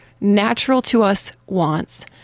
natural-to-us-wants